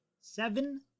seven